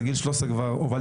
כ-20% מהמגזר,